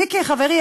מיקי חברי,